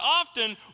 often